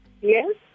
Yes